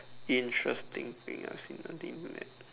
interesting thing I have seen on the Internet